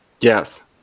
Yes